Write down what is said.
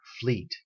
fleet